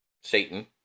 Satan